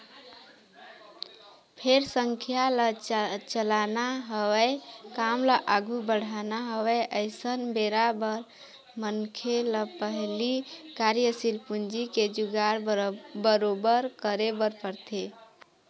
फेर संस्था ल चलाना हवय काम ल आघू बढ़ाना हवय अइसन बेरा बर मनखे ल पहिली कार्यसील पूंजी के जुगाड़ बरोबर करे बर परथे